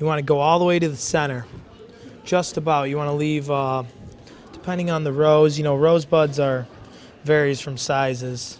you want to go all the way to the center just about you want to leave putting on the rose you know rose buds are varies from sizes